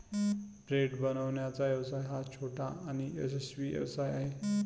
bread बनवण्याचा व्यवसाय हा छोटा आणि यशस्वी व्यवसाय आहे